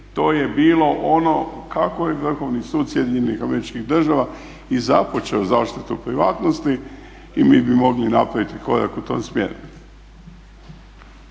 To je bilo ono kako je Vrhovni sud SAD-a i započeo zaštitu privatnosti i mi bi mogli napraviti korak u tom smjeru.